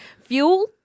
Fuel